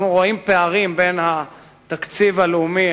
אנחנו רואים פערים בין התקציב הלאומי